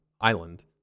island